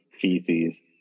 feces